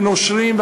ונושרים,